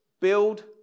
Build